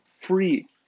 free